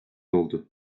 oldu